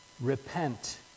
Repent